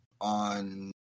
on